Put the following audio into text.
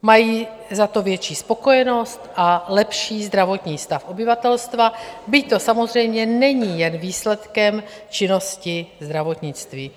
Mají za to větší spokojenost a lepší zdravotní stav obyvatelstva, byť to samozřejmě není jen výsledkem činnosti zdravotnictví.